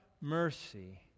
mercy